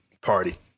party